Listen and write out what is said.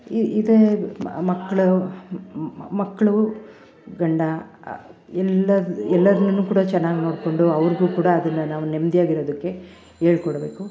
E ಇದೆ ಮಕ್ಕಳು ಮಕ್ಕಳು ಗಂಡ ಎಲ್ಲ ಎಲ್ಲಾದನ್ನು ಕೂಡ ಚೆನ್ನಾಗಿ ನೋಡಿಕೊಂಡು ಅವರಿಗೂ ಕೂಡ ಅದನ್ನು ನಾವು ನೆಮ್ಮದಿಯಾಗಿರೋದಕ್ಕೆ ಹೇಳ್ಕೊಡ್ಬೇಕು